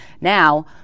Now